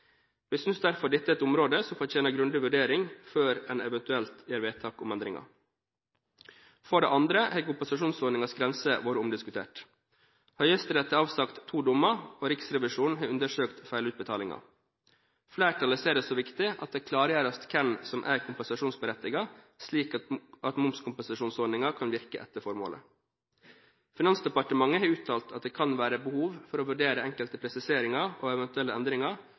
Vi synes derfor dette er et område som fortjener grundig vurdering før man eventuelt gjør vedtak om endringer. For det andre har kompensasjonsordningens grenser vært omdiskutert. Høyesterett har avsagt to dommer, og Riksrevisjonen har undersøkt feilutbetalinger. Flertallet ser det som viktig at det klargjøres hvem som er kompensasjonsberettiget, slik at momskompensasjonsordningen kan virke etter formålet. Finansdepartementet har uttalt at det kan være behov for å vurdere enkelte presiseringer og eventuelle endringer